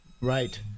Right